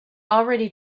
already